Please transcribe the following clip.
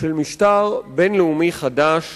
של משטר בין-לאומי חדש